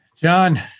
John